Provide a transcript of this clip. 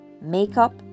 makeup